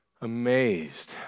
amazed